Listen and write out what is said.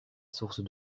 source